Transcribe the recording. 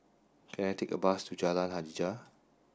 can I take a bus to Jalan Hajijah